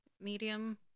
medium